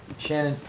shannon,